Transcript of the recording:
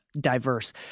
diverse